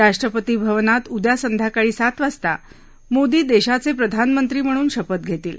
राष्ट्रपती भवनात उद्या संध्याकाळी सात वाजता मोदी देशाचे प्रधानमंत्री म्हणून शपथ घेतील